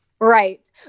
Right